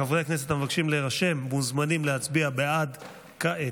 חברי הכנסת המבקשים להירשם מוזמנים להצביע בעד כעת.